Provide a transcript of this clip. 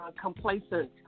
complacent